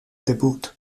debut